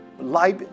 Life